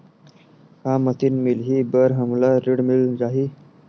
का मशीन मिलही बर हमला ऋण मिल जाही?